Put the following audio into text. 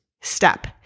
step